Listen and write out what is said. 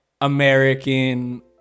American